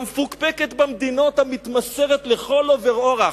למפוקפקת במדינות המתמסרת לכל עובר אורח.